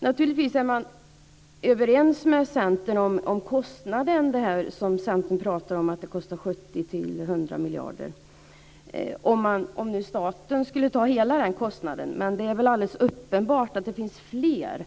Man är naturligtvis överens med Centern om kostnaden. Centern pratar om att det kostar 70-100 miljarder om staten tar hela kostnaden. Men det är väl alldeles uppenbart att det finns fler